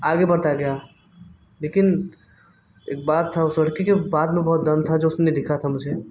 आगे बढ़ता गया लेकिन एक बात थी उस लड़के की बात में बहुत दम था जो उसने लिखा था मुझे